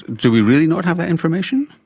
do we really not have that information?